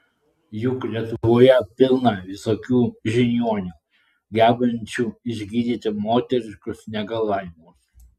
juk lietuvoje pilna visokių žiniuonių gebančių išgydyti moteriškus negalavimus